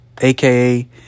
aka